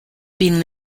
been